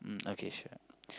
mm okay sure